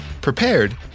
prepared